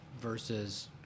versus